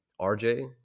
RJ